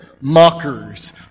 Mockers